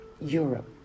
Europe